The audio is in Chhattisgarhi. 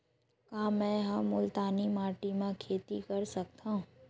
का मै ह मुल्तानी माटी म खेती कर सकथव?